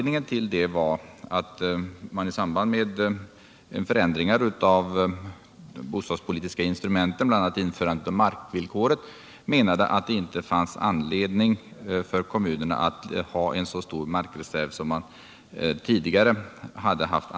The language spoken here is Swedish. I samband med förändringar av de bostadspolitiska instrumenten, bl.a. införandet av markvillkoret, menade man att det inte fanns anledning för kommunerna att ha så stor markreserv som de tidigare haft.